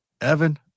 Evan